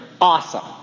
awesome